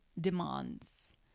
demands